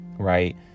Right